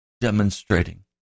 demonstrating